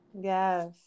Yes